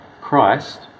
Christ